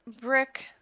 Brick